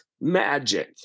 magic